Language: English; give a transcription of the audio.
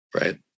Right